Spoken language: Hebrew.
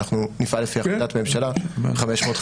אנחנו נפעל לפי החלטת ממשלה 550,